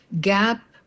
gap